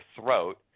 throat